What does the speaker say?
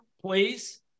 please